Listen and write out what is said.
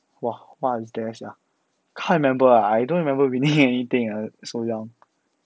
!wah! what is there sia cant remember ah I don't remember winning anything ah so young